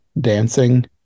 dancing